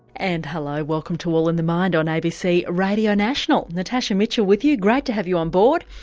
and hello, welcome to all in the mind on abc radio national natasha mitchell with you, great to have you on board.